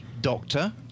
doctor